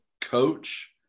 coach